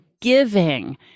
giving